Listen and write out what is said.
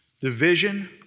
Division